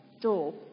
door